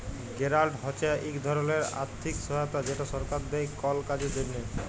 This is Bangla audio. গেরালট হছে ইক ধরলের আথ্থিক সহায়তা যেট সরকার দেই কল কাজের জ্যনহে